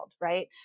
right